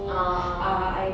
ah ah